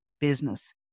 business